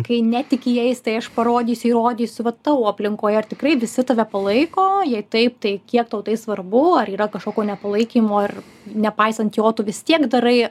kai netiki jais tai aš parodysiu įrodysiu vat tavo aplinkoje ar tikrai visi tave palaiko jei taip tai kiek tau tai svarbu ar yra kažkokio nepalaikymo ir nepaisant jo tu vis tiek darai